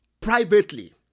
privately